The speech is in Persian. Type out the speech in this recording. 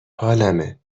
حالمه